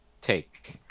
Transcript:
take